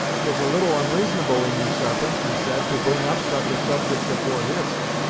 twas a little onreasonable in you sarpent, he said, to bring up such a subject afore hist,